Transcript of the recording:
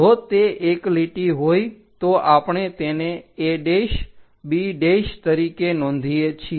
જો તે એક લીટી હોય તો આપણે તેને a b તરીકે નોંધીએ છીએ